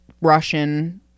Russian